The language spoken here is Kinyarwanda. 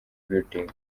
building